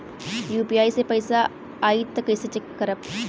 UPI से पैसा आई त कइसे चेक खरब?